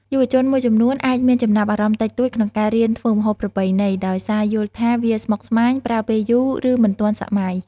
យុវជនមួយចំនួនអាចមានចំណាប់អារម្មណ៍តិចតួចក្នុងការរៀនធ្វើម្ហូបប្រពៃណី ដោយសារយល់ថាវាស្មុគស្មាញ ប្រើពេលយូរ ឬមិនទាន់សម័យ។